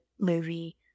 movie